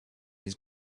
his